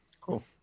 Cool